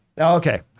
Okay